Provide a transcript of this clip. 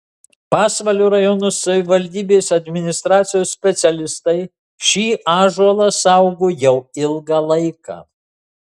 pasvalio rajono savivaldybės administracijos specialistai šį ąžuolą saugo jau ilgą laiką